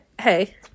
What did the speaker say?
Hey